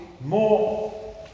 more